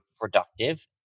productive